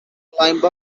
climb